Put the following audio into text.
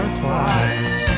twice